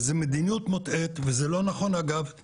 זו מדיניות מוטעית, אגב זה לא נכון גם תכנונית.